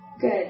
good